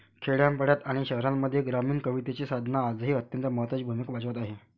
खेड्यापाड्यांत आणि शहरांमध्ये ग्रामीण कवितेची साधना आजही अत्यंत महत्त्वाची भूमिका बजावत आहे